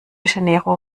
janeiro